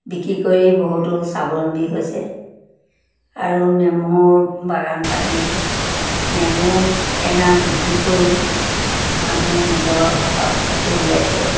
বিক্ৰী কৰি বহুতো স্বাৱলম্বী হৈছে আৰু নেমুৰ বাগান পাতি নেমু টেঙা বিক্ৰী কৰি মানুহে নিজৰ খৰচ পাতি উলিয়াইছে